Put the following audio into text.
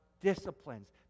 disciplines